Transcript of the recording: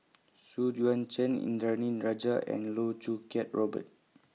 Xu Yuan Zhen Indranee Rajah and Loh Choo Kiat Robert